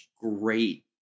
Great